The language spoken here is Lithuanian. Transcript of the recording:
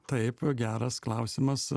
taip geras klausimas